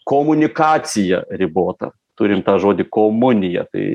komunikacija ribota turim tą žodį komunija tai